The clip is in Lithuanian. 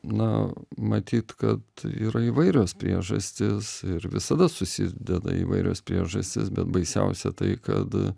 na matyt kad yra įvairios priežastys ir visada susideda įvairios priežastys bet baisiausia tai kad